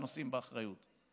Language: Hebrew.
שנושאים באחריות,